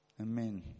Amen